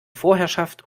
vorherrschaft